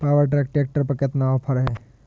Power track tractor पर कितना offer है?